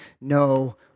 no